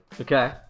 Okay